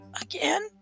again